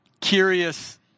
curious